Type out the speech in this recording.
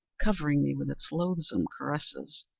covering me with its loathsome caresses.